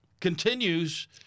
continues